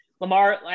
lamar